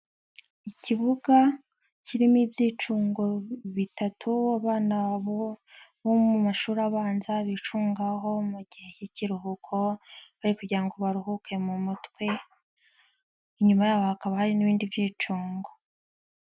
Ikibuga kirimo ibyicugwa bitatu abana bo mu mashuri abanza bicungaho mu gihe cy'ikiruhuko bari kugira ngo baruhuke mu mutwe, inyuma yabo hakaba hari n'ibindi byicungo.